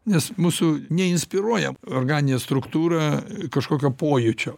nes mūsų neinspiruoja organinė struktūra kažkokio pojūčio